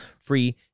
free